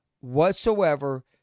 whatsoever